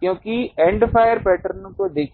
क्योंकि end fire pattern को देखें